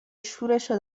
شورشو